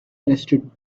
arrested